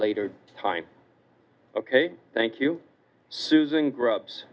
later time ok thank you susan grub